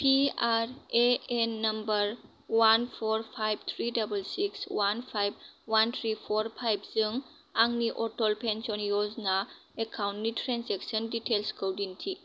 P R A N number one four five three double six one five one three four फाइभजों आंनि Atal pension Yojana एकाउन्टनि transaction डिटैइल्सखौ दिन्थि